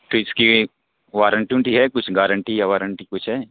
تو اس کی وارنٹی ونٹی ہے کچھ گارنٹی یا وارنٹی کچھ ہے